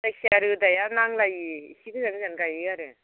जायखिजाया रोदाया नांलायै एसे गोजान गोजान गायो आरो